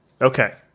Okay